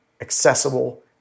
accessible